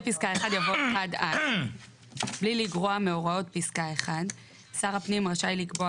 יבוא: בלי לגרוע מהוראות פסקה 1 שר הפנים רשאי לקבוע